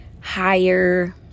higher